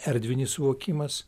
erdvinis suvokimas